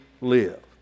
live